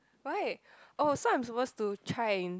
why oh so I'm supposed to try and